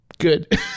good